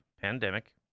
pandemic